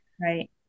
Right